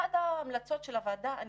אחת ההמלצות של הוועדה צריכה להיות, ואני